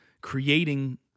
creating